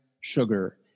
sugar